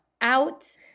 out